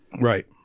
Right